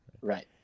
right